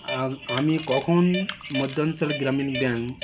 আর আমি কখন মধ্যাঞ্চল গ্রামীণ ব্যাঙ্ক